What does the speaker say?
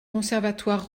conservatoire